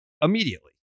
immediately